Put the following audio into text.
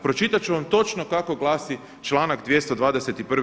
Pročitat ću vam točno kako glasi članak 221.